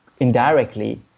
indirectly